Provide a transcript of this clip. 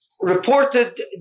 Reported